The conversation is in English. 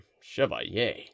Chevalier